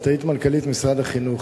את היית מנכ"לית משרד החינוך,